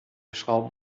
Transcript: schrauben